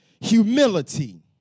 humility